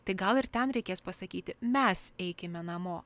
tai gal ir ten reikės pasakyti mes eikime namo